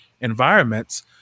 environments